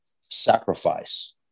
sacrifice